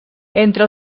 entre